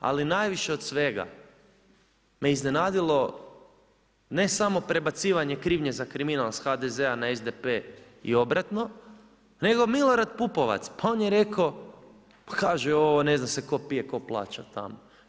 Ali najviše od svega me iznenadilo, ne samo prebacivanje krivnje za kriminal iz HDZ-a na SDP i obratno, nego Milorad Pupovac, pa on je rekao, kaže ovo ne zna se tko pije, tko plaća tamo.